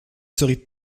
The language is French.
serez